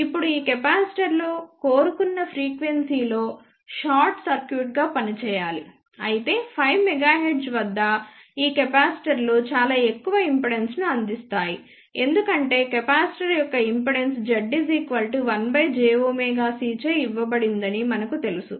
ఇప్పుడు ఈ కెపాసిటర్లు కోరుకున్న ఫ్రీక్వెన్సీ లో షార్ట్ సర్క్యూట్గా పనిచేయాలి అయితే 5 MHz వద్ద ఈ కెపాసిటర్లు చాలా ఎక్కువ ఇంపిడెన్స్ను అందిస్తాయి ఎందుకంటే కెపాసిటర్ యొక్క ఇంపిడెన్స్ Z 1 j ω C చే ఇవ్వబడిందని మనకు తెలుసు